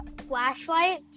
flashlight